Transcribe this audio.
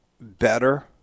better